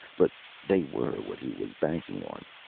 but they were what he was banking on,